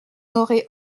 n’aurez